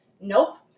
Nope